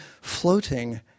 floating